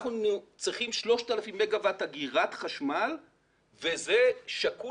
אנחנו צריכים 3,000 מגה-ואט אגירת חשמל וזה שקול